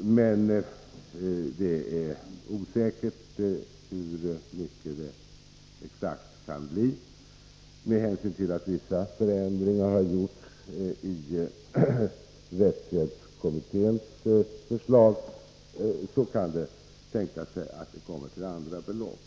Men det är osäkert hur mycket det exakt kan bli. Med hänsyn till att vissa förändringar har gjorts i rättshjälpskommitténs förslag kan det tänkas bli lägre belopp.